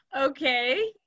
Okay